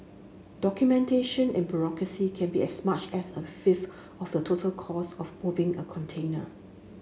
documentation and bureaucracy can be as much as a fifth of the total cost of moving a container